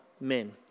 men